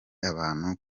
abantu